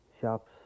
shops